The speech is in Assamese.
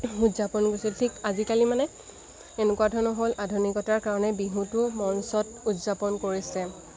উদযাপন কৰিছিল ঠিক আজিকালি মানে এনেকুৱা ধৰণৰ হ'ল আধুনিকতাৰ কাৰণে বিহুটো মঞ্চত উদযাপন কৰিছে